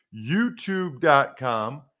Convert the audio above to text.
YouTube.com